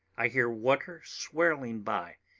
i hear water swirling by,